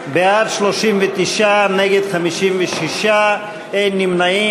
בעד, 39, נגד, 56, אין נמנעים.